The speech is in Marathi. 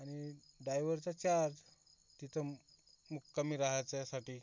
आणि डायवरचा चार्ज तिथं मुक्कामी राहायच्यासाठी